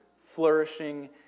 flourishing